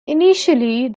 initially